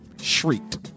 shrieked